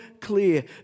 clear